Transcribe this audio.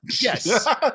Yes